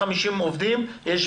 מפעלים.